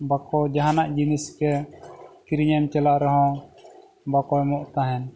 ᱵᱟᱠᱚ ᱡᱟᱦᱟᱱᱟᱜ ᱡᱤᱱᱤᱥᱜᱮ ᱠᱤᱨᱤᱧ ᱮᱢ ᱪᱟᱞᱟᱜ ᱨᱮᱦᱚᱸ ᱵᱟᱠᱚ ᱮᱢᱚᱜ ᱛᱟᱦᱮᱸᱫ